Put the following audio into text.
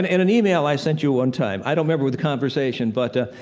and in an email i sent you one time, i don't remember what the conversation, but, ah,